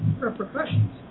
repercussions